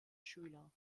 schüler